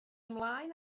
ymlaen